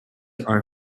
are